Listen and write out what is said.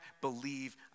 believe